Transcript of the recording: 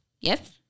Yes